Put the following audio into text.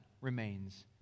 remains